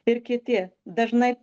ir kiti dažnai